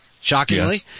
shockingly